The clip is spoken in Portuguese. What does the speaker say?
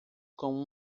com